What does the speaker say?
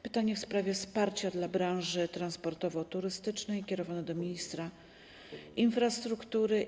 Pytanie w sprawie wsparcia dla branży transportowo-turystycznej kierowane do ministra infrastruktury.